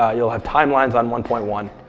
ah you'll have timelines on one point one,